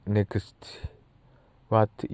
Next.What